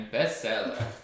Bestseller